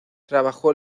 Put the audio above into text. trabajó